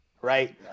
Right